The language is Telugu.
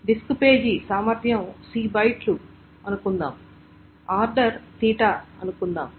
డిస్క్ పేజీ సామర్థ్యం C బైట్లు అనుకుందాం ఆర్డర్ Theta𝛳 అనుకుందాం